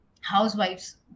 housewives